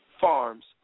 farms